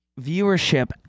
viewership